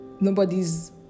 nobody's